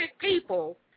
people